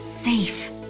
Safe